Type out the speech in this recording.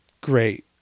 great